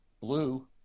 blue